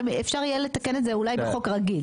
תמיד אפשר יהיה לתקן את זה אולי בחוק רגיל.